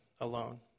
alone